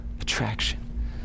attraction